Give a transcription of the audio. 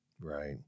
Right